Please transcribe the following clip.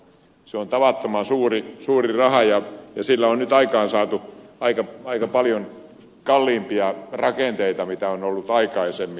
se on tavattoman suuri raha ja sillä on nyt aikaansaatu aika paljon kalliimpia rakenteita kuin on ollut aikaisemmin